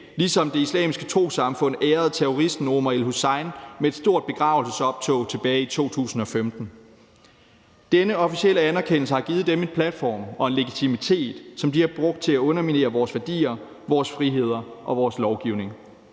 ligesom Det Islamiske Trossamfund ærede terroristen Omar el-Hussein med et stort begravelsesoptog tilbage i 2015. Denne officielle anerkendelse har givet dem en platform og en legitimitet, som de har brugt til at underminere vores værdier, vores friheder og vores lovgivning.